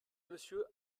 monsieur